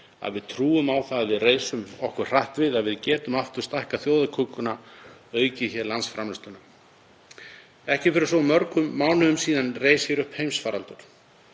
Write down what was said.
að við trúum á það að við reisum okkur hratt við, að við getum aftur stækkað þjóðarkökuna og aukið landsframleiðsluna. Fyrir ekki svo mörgum mánuðum reis hér upp heimsfaraldur.